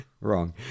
Wrong